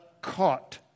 caught